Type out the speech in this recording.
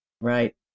Right